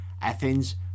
Athens